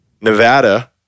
Nevada